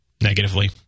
negatively